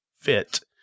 fit